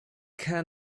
can